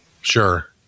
Sure